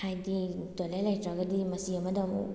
ꯍꯥꯏꯗꯤ ꯇꯣꯏꯂꯦꯠ ꯂꯩꯇ꯭꯭ꯔꯒꯗꯤ ꯃꯆꯤ ꯑꯃꯗ ꯑꯃꯨꯛ